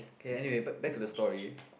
okay anyway back back to the story